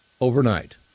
overnight